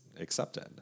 accepted